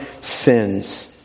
sins